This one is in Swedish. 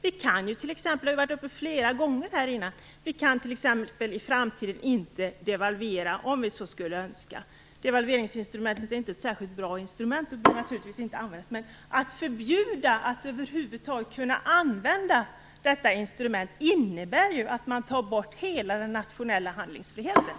Som det flera gånger har sagts här i debatten kan vi inte i framtiden devalvera om vi så skulle önska. Devalveringsinstrumentet är inte något särskilt bra instrument och bör naturligtvis inte användas. Men att förbjuda möjligheten att över huvud taget använda detta instrument innebär ju att man tar bort hela den nationella handlingsfriheten.